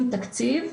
עם תקציב.